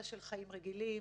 של חיים רגילים,